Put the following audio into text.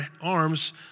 arms